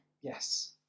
Yes